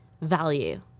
value